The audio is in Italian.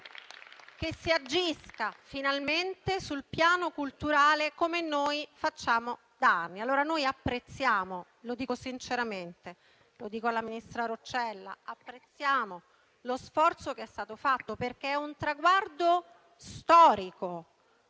che si agisca finalmente sul piano culturale, come noi facciamo da anni. Apprezziamo - lo dico sinceramente alla ministra Roccella - lo sforzo che è stato fatto perché è un traguardo storico